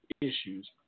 issues